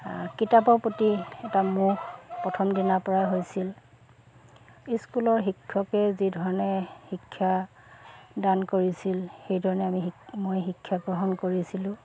কিতাপৰ প্ৰতি এটা মোহ প্ৰথম দিনাৰপৰাই হৈছিল স্কুলৰ শিক্ষকে যিধৰণে শিক্ষা দান কৰিছিল সেইধৰণে আমি মই শিক্ষা গ্ৰহণ কৰিছিলোঁ